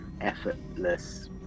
effortless